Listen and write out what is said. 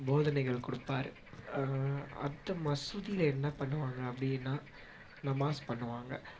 போதனைகள் கொடுப்பாரு அடுத்து மசூதியில என்ன பண்ணுவாங்க அப்படின்னா நமாஸ் பண்ணுவாங்க